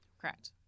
Correct